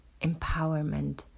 empowerment